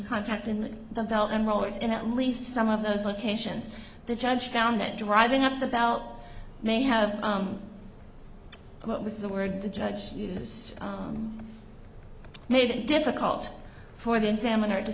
contact in the belt and rollers in at least some of those locations the judge found that driving up the belt they have what was the word the judge used made it difficult for the examiner to